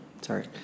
Sorry